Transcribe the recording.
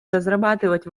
разрабатывать